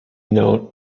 known